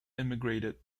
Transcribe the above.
immigrated